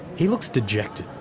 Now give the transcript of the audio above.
he looks dejected.